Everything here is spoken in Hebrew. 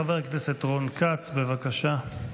חבר הכנסת רון כץ, בבקשה.